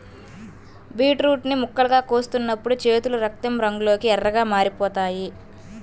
beetroot ని ముక్కలుగా కోస్తున్నప్పుడు చేతులు రక్తం రంగులోకి ఎర్రగా మారిపోతాయి